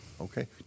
Okay